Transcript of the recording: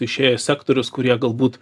išėjo į sektorius kurie galbūt